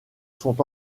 sont